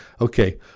Okay